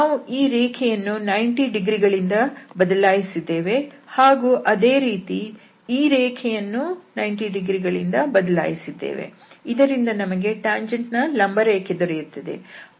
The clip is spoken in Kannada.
ನಾವು ಈ ರೇಖೆಯನ್ನು 90 ಡಿಗ್ರಿ ಬದಲಾಯಿಸಿದ್ದೇವೆ ಹಾಗೂ ಅದೇ ರೀತಿ ಈ ರೇಖೆಯನ್ನೂ 90 ಡಿಗ್ರಿ ಬದಲಿಸಿದ್ದೇವೆ ಇದರಿಂದ ನಮಗೆ ಟ್ಯಾಂಜೆಂಟ್ ನ ಲಂಬರೇಖೆ ದೊರೆಯುತ್ತದೆ